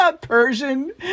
Persian